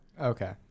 Okay